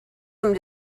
some